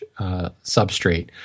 substrate